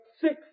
six